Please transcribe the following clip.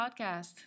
podcast